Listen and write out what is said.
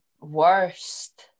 worst